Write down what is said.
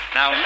Now